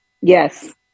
yes